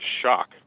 shock